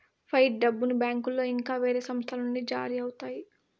fight డబ్బును బ్యాంకులో ఇంకా వేరే సంస్థల నుండి జారీ అవుతాయి